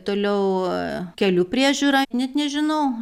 toliau kelių priežiūra net nežinau